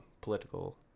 political